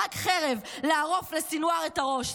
רק חרב לערוף לסנוואר את הראש,